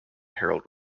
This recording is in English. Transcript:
harold